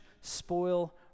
spoil